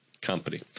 company